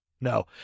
No